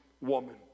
woman